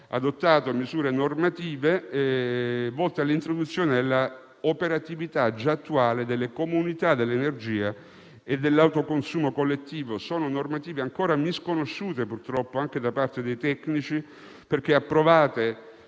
adottato misure normative volte all'introduzione della operatività già attuale delle comunità dell'energia e dell'autoconsumo collettivo. Sono normative purtroppo ancora misconosciute, anche da parte dei tecnici, perché approvate